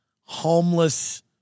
homeless